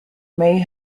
may